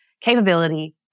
capability